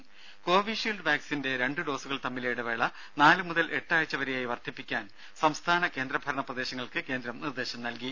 രുര കോവിഷീൽഡ് വാക്സിന്റെ രണ്ടു ഡോസുകൾ തമ്മിലെ ഇടവേള നാല് മുതൽ എട്ട് ആഴ്ച വരെയായി വർധിപ്പിക്കാൻ സംസ്ഥാന കേന്ദ്രഭരണ പ്രദേശങ്ങൾക്ക് കേന്ദ്രം നിർദേശം നൽകി